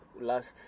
last